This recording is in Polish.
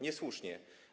Niesłusznie.